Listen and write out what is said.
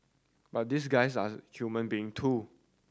but these guys are human being too